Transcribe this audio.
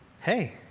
hey